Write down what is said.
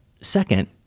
second